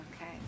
okay